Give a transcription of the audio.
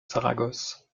saragosse